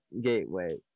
gateway